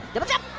double jump.